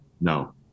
No